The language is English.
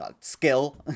skill